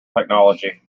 technology